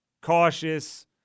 cautious